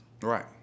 Right